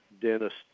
dentist